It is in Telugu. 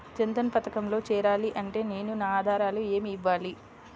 జన్ధన్ పథకంలో చేరాలి అంటే నేను నా ఆధారాలు ఏమి ఇవ్వాలి?